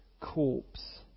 corpse